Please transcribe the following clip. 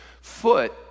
Foot